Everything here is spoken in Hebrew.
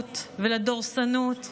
לכוחנות ולדורסנות,